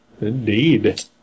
Indeed